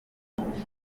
ndetse